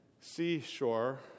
seashore